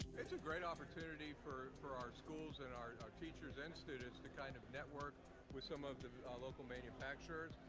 it's a great opportunity for for our schools and our our teachers and students to kind of network with some of the local manufacturers.